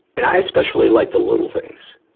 and i especially like the little things.